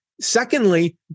Secondly